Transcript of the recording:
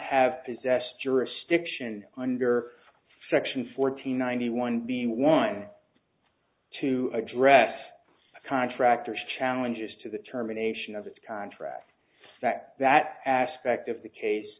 have possessed jurisdiction under section fourteen ninety one one being to address contractor challenges to the terminations of its contract spec that aspect of the case